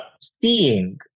seeing